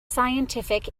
scientific